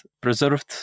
preserved